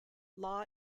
law